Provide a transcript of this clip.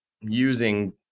using